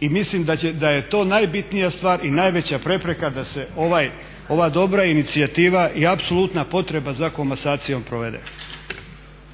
i mislim da je to najbitnija stvar i najveća prepreka da se ova dobra inicijativa i apsolutna potreba za komasacijom provede.